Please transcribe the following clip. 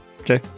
Okay